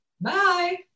Bye